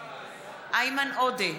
איימן עודה,